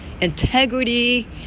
Integrity